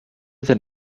than